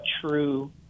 true